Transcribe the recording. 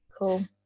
cool